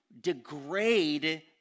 degrade